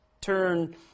turn